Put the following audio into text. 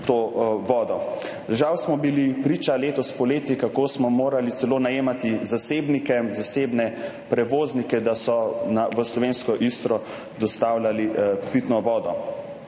vodo. Žal smo bili priča letos poleti, kako smo morali celo najemati zasebnike, zasebne prevoznike, da so v slovensko Istro dostavljali pitno vodo.